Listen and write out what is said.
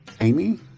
Amy